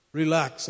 relax